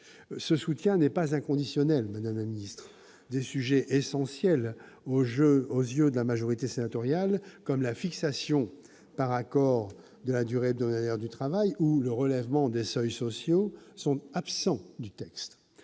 ce soutien n'est pas inconditionnel, madame la ministre. Des sujets essentiels aux yeux de la majorité sénatoriale, comme la fixation par accord de la durée hebdomadaire du travail ou le relèvement des seuils sociaux, sont absents du texte.